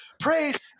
praise